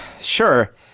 Sure